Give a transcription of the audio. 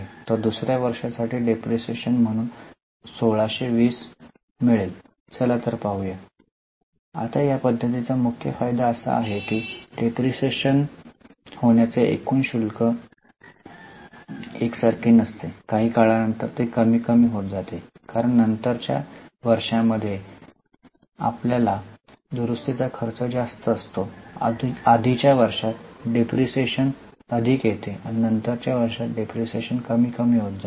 तर दुसऱ्या वर्षासाठी डिप्रीशीएशन म्हणून 1620 मिळेल चला तर पाहूया आता या पद्धतीचा मुख्य फायदा असा आहे की डिप्रीशीएशन होण्याचे एकूण शुल्क एकसारखे नसते काही काळानंतर ते कमी कमी होत जाते कारण नंतरच्या वर्षांमध्ये आपल्या दुरुस्तीचा खर्च जास्त असतो आधीच्या वर्षात डिप्रीशीएशन अधिक येतो आणि नंतरच्या वर्षांत डिप्रीशीएशन कमी कमी येतो